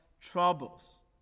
troubles